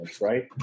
Right